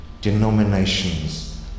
denominations